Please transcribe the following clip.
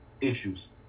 issues